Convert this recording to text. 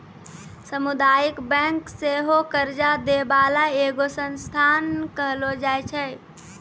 समुदायिक बैंक सेहो कर्जा दै बाला एगो संस्थान कहलो जाय छै